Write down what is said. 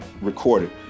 recorded